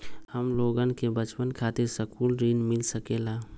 हमलोगन के बचवन खातीर सकलू ऋण मिल सकेला?